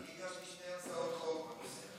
אני הגשתי שתי הצעות חוק בנושא.